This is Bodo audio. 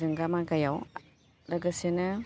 जोंगा मागायाव लोगोसेनो